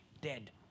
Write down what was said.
dead